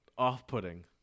Off-putting